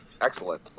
excellent